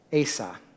Asa